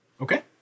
Okay